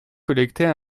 collectées